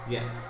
Yes